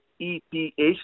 E-P-H